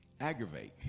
aggravate